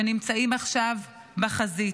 שנמצאים עכשיו בחזית: